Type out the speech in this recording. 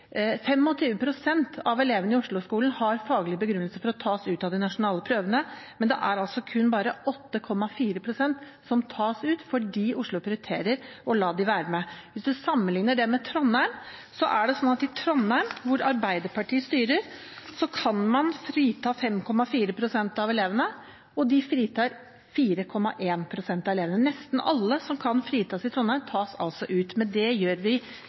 av elevene i Oslo-skolen har faglige begrunnelser for å kunne tas ut av de nasjonale prøvene, men det er kun 8,4 pst. som tas ut, fordi Oslo prioriterer å la dem være med. Hvis man sammenlikner det med Trondheim, er det sånn i Trondheim, hvor Arbeiderpartiet styrer, at man kan frita 5,4 pst. av elevene, og de fritar 4,1 pst. av elevene. Nesten alle som kan fritas i Trondheim, tas altså ut, men det gjorde vi